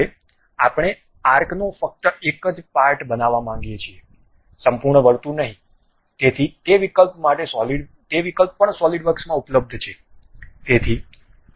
હવે આપણે આર્કનો ફક્ત એક પાર્ટ જ બનાવવા માંગીએ છીએ સંપૂર્ણ વર્તુળ નહીં તેથી તે વિકલ્પ પણ સોલિડવર્કમાં ઉપલબ્ધ છે